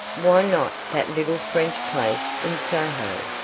why not that little french place in soho,